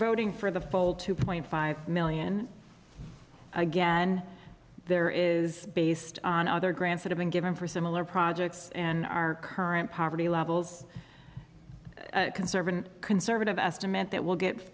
voting for the full two point five million again there is based on other grants that have been given for similar projects and our current poverty levels conservative conservative estimate that will get